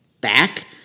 back